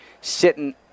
sitting